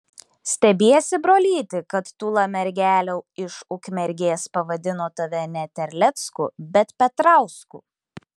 stebiesi brolyti kad tūla mergelė iš ukmergės pavadino tave ne terlecku bet petrausku